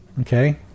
Okay